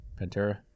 Pantera